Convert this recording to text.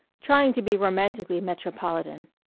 trying to be romantically metropolitan.